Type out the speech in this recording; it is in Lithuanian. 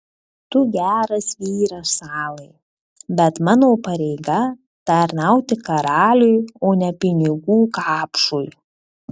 tu geras vyras salai bet mano pareiga tarnauti karaliui o ne pinigų kapšui